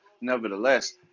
nevertheless